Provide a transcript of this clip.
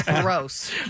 gross